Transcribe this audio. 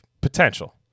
Potential